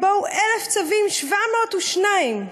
/ בואו אלף צבים שבע מאות ושניים'.